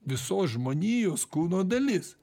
visos žmonijos kūno dalis